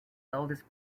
eldest